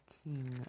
king